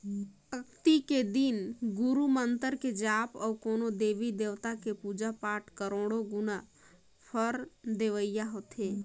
अक्ती के दिन गुरू मंतर के जाप अउ कोनो देवी देवता के पुजा पाठ करोड़ो गुना फर देवइया होथे